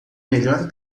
melhor